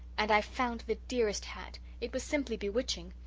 and i found the dearest hat it was simply bewitching.